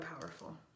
powerful